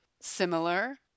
Similar